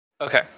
Okay